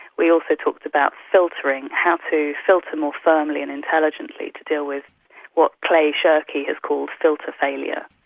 we also talked about filtering, how to filter more firmly and intelligently to deal with what clay shirky has called filter failure.